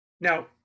Now